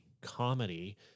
comedy